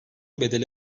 bedeli